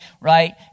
right